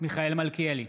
מיכאל מלכיאלי,